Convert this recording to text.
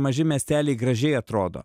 maži miesteliai gražiai atrodo